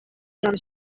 tion